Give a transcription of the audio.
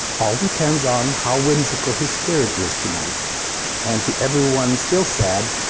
all depends on how whimsical his spirit is tonight and to everyone still sad,